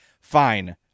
Fine